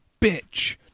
bitch